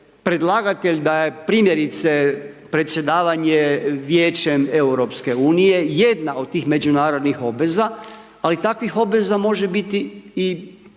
predlagatelj da je, primjerice, predsjedavanje Vijećem EU jedna od tih međunarodnih obveza, ali takvih obveza može biti i daleko